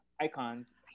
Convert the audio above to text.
icons